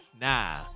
Nah